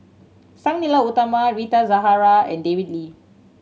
Sang Nila Utama Rita Zahara and David Lee